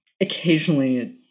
occasionally